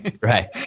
right